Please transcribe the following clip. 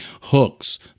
hooks